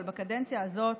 אבל בקדנציה הזאת